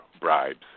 bribes